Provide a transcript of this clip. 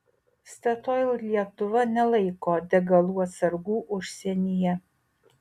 statoil lietuva nelaiko degalų atsargų užsienyje